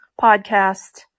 podcast